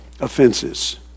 Offenses